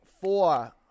four